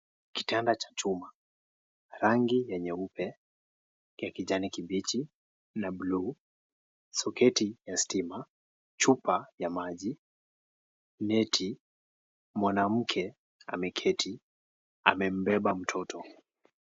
Kitanda cha chuma, rangi ya nyeupe ya kijani kibichi na blue , soketi ya stima, chupa ya maji, neti. Mwanamke ameketi amembeba mtoto.